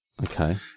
Okay